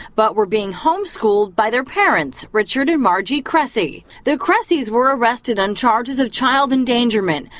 but were being homeschooled by their parents, richard and margie cressy. the cressys were arrested on charges of child endangerment.